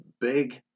big